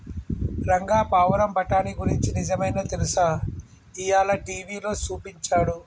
రంగా పావురం బఠానీ గురించి నిజమైనా తెలుసా, ఇయ్యాల టీవీలో సూపించాడు